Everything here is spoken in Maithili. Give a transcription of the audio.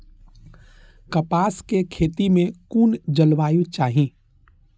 कपास के खेती में कुन जलवायु चाही?